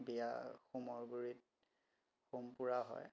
বিয়া হোমৰ গুৰিত হোম পোৰা হয়